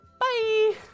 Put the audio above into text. Bye